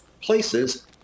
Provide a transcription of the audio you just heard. places